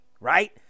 Right